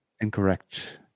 Incorrect